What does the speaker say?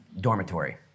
dormitory